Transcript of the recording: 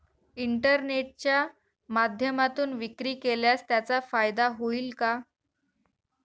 इंटरनेटच्या माध्यमातून विक्री केल्यास त्याचा फायदा होईल का?